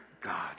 God